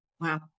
Wow